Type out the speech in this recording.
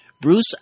Bruce